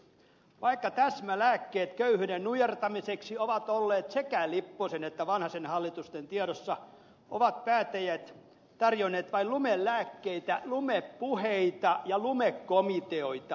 vaikka täsmälääkkeet köyhyyden nujertamiseksi ovat olleet sekä lipposen että vanhasen hallitusten tiedossa ovat päättäjät tarjonneet vain lumelääkkeitä lumepuheita ja lumekomiteoita